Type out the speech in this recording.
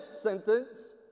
sentence